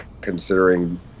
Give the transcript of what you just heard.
considering